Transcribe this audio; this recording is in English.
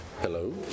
Hello